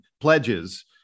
pledges